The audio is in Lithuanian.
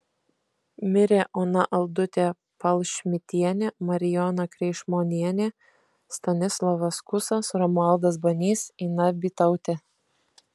mirė ona aldutė palšmitienė marijona kreišmonienė stanislovas kusas romualdas banys ina bytautė